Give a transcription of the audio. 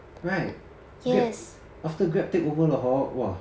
right then after Grab take over 了 hor !wah!